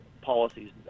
policies